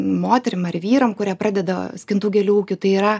moterim ar vyram kurie pradeda skintų gėlių ūkį tai yra